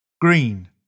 Green